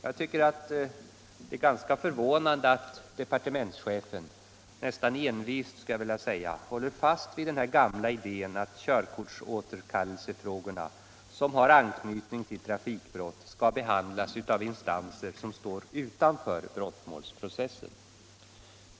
Jag tycker att det är ganska förvånande att departementschefen — jag skulle vilja säga nästan envist — håller fast vid den gamla idén att körkortsåterkallelsefrågor som har anknytning till trafikbrott skall behandlas av instanser, som står utanför brottmålprocessen.